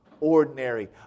ordinary